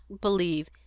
believe